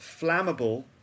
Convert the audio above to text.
flammable